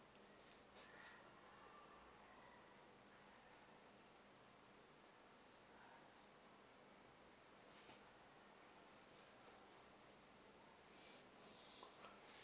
uh